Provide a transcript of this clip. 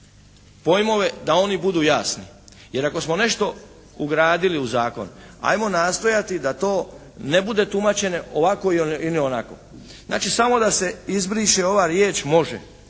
pojmove da oni budu jasni. Jer ako smo nešto ugradili u zakon ajmo nastojati da to ne bude tumačenje ovakvo ili onakvo. Znači samo da se izbriše ova riječ može,